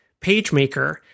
PageMaker